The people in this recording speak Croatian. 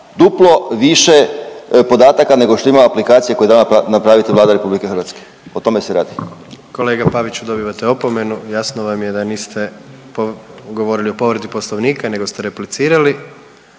duplo više podataka nego što ima aplikacija koju je dala napraviti Vlada Republike Hrvatske. O tome se radi. **Jandroković, Gordan (HDZ)** Kolega Paviću dobivate opomenu. Jasno vam je da niste govorili o povredi Poslovnika, nego ste replicirali,